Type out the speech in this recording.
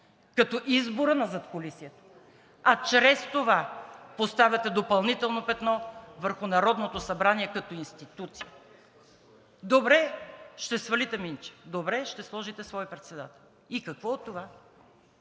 като избора на задкулисието. А чрез това поставяте допълнително петно върху Народното събрание като институция. Добре, ще свалите Минчев. Добре, ще сложите свой председател. И какво от това!?